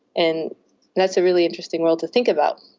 and that's a really interesting world to think about.